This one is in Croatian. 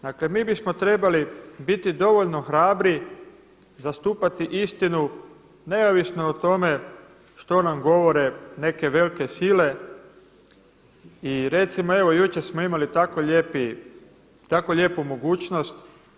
Dakle, mi bismo trebali biti dovoljno hrabri zastupati istinu neovisno o tome što nam govore neke velike sile i recimo evo jučer smo imali tako lijepu mogućnost.